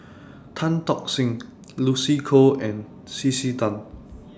Tan Tock Seng Lucy Koh and C C Tan